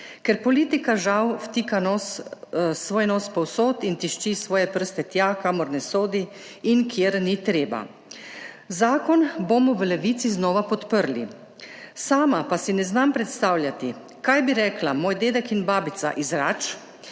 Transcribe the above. ker politika, žal, vtika svoj nos povsod in tišči svoje prste tja, kamor ne sodi in kamor ni treba. Zakon bomo v Levici znova podprli. Sama pa si ne znam predstavljati, kaj bi rekla moj dedek in babica iz Rač,